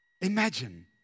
Imagine